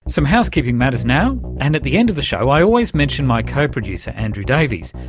some housekeeping matters now, and at the end of the show i always mention my co-producer, andrew davies.